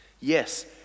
yes